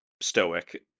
stoic